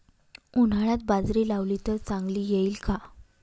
उन्हाळ्यात बाजरी लावली तर चांगली येईल का?